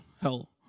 hell